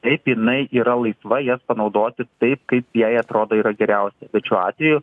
taip jinai yra laisva jas panaudoti taip kaip jai atrodo yra geriausia bet šiuo atveju